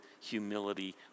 humility